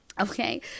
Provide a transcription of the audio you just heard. Okay